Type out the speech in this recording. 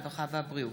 הרווחה והבריאות,